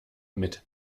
mit